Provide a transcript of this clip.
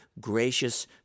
gracious